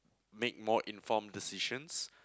make more informed decisions